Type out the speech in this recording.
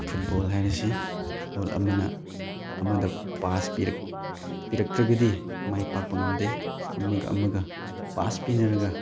football ꯍꯥꯏꯔꯁꯤ football ꯑꯃꯅ ꯑꯃꯗ ꯄꯥꯁ ꯄꯤꯔꯛꯇ꯭ꯔꯒꯗꯤ ꯃꯥꯏ ꯄꯥꯛꯄ ꯉꯝꯗꯦ ꯑꯃꯒ ꯑꯃꯒ ꯄꯥꯁ ꯄꯤꯅꯔꯒ